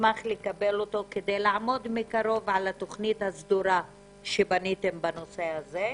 אשמח לקבל אותו כדי לעמוד מקרוב על התכנית הסדורה שבניתם בנושא הזה.